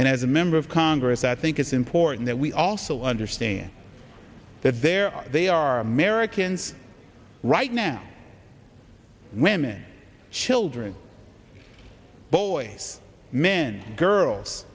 and as a member of congress that think it's important that we also understand that there they are americans right now women children boys men girls